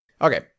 okay